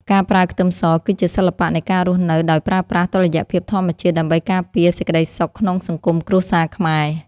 ការប្រើខ្ទឹមសគឺជាសិល្បៈនៃការរស់នៅដោយប្រើប្រាស់តុល្យភាពធម្មជាតិដើម្បីការពារសេចក្តីសុខក្នុងសង្គមគ្រួសារខ្មែរ។